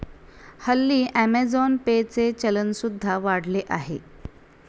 हल्ली Amazon Pay चे चलन सुद्धा वाढले आहे